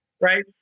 right